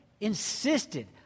insisted